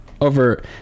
over